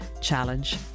challenge